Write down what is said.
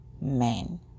men